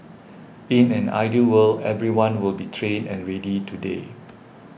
in an ideal world everyone will be trained and ready today